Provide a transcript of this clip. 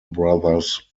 brothers